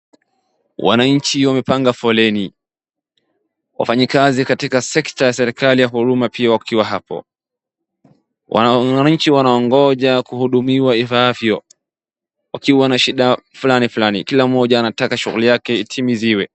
Wananchi wamepanga foleni, wafanyakazi katika sekta ya serikali ya huruma pia wakiwa hapo. Wananchi wanangoja kuhudumiwa ifaavyo wakiwa na shida fulani kila mmoja anataka shughuli yake itimizwe.